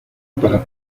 para